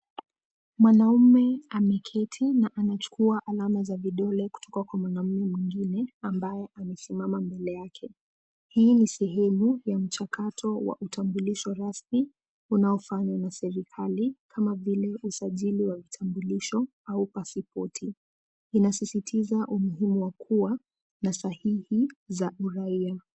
Mwanaume ameketi na anachukua alama za vidole kutoka kwa mwanaume mwingine ambaye amesimama mbele yake. Hii ni sehemu ya mchakato wa utambulisho rasmi unaofanywa na serikali kama vile usajili wa vitambulisho au pasipoti. Inasisitiza umuhimu wa kuwa na sahihi za uraia.